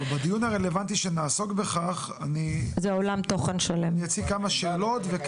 בדיון הרלוונטי שנעסוק בכך, אני אציג כמה שאלות.